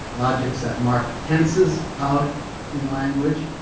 logics that mark tenses out in language,